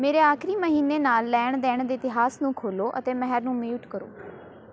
ਮੇਰੇ ਆਖਰੀ ਮਹੀਨੇ ਨਾਲ ਲੈਣ ਦੇਣ ਦੇ ਇਤਿਹਾਸ ਨੂੰ ਖੋਲ੍ਹੋ ਅਤੇ ਮੇਹਰ ਨੂੰ ਮਿਊਟ ਕਰੋ